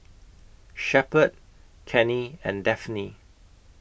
Shepherd Cannie and Daphne